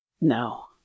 No